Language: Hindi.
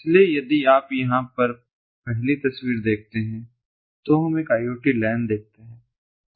इसलिए यदि आप यहाँ पर पहली तस्वीर देखते हैं तो हम एक IoT लैन देखते है